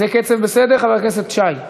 זה קצב בסדר, חבר הכנסת שי?